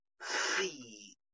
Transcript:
see